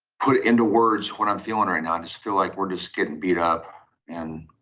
put into words what i'm feeling right now, i just feel like we're just getting beat up and